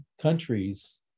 countries